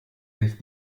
sich